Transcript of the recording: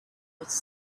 was